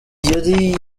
yari